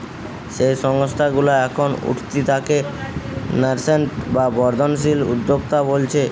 যেই সংস্থা গুলা এখন উঠতি তাকে ন্যাসেন্ট বা বর্ধনশীল উদ্যোক্তা বোলছে